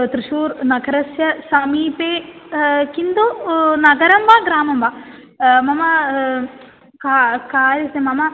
त्रिशूर् नगरस्य समीपे किन्तु नगरं वा ग्रामं वा मम का कार्यस्य मम